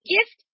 Gift